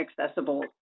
accessible